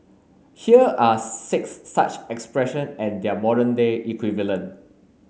here are six such expression and their modern day equivalent